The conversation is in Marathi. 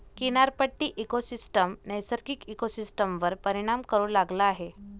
किनारपट्टी इकोसिस्टम नैसर्गिक इकोसिस्टमवर परिणाम करू लागला आहे